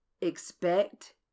expect